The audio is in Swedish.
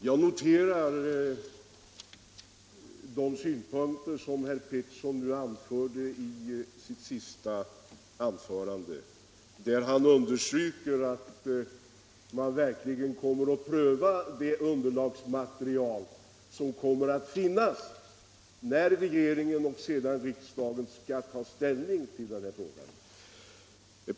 Herr talman! Jag noterar de synpunkter som herr Petersson i Ronneby anförde i sitt senaste inlägg, då han underströk att man verkligen ämnar pröva det underlagsmaterial som kommer att finnas, när regeringen och sedan riksdagen skall ta ställning till denna fråga.